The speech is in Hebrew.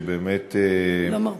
שבאמת -- לא מרפה.